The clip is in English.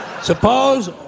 Suppose